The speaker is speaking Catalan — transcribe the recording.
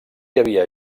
havia